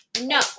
No